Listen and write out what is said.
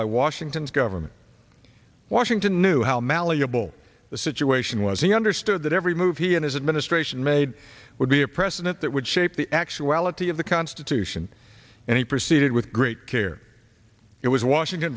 by washington's government washington knew how malleable the situation was he understood that every move he and his administration made would be a precedent that would shape the actuality of the constitution and he proceeded with great care it was washington